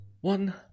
One